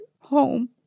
home